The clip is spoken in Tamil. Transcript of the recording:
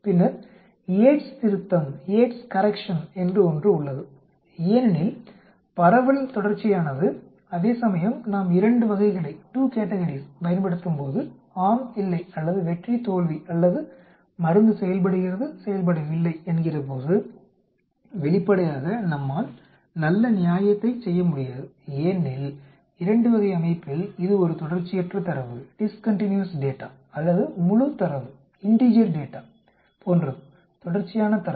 பின்னர் யேட்ஸ் திருத்தம் Yates correction என்று ஒன்று உள்ளது ஏனெனில் பரவல் தொடர்ச்சியானது அதேசமயம் நாம் இரண்டு வகைகளைப் பயன்படுத்தும்போது ஆம் இல்லை அல்லது வெற்றி தோல்வி அல்லது மருந்து செயல்படுகிறது செயல்படவில்லை என்கிறபோது வெளிப்படையாக நம்மால் நல்ல நியாயத்தை செய்ய முடியாது ஏனென்றால் இரண்டு வகை அமைப்பில் இது ஒரு தொடர்ச்சியற்ற தரவு அல்லது முழு தரவு போன்றது தொடர்ச்சியான தரவு